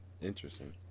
interesting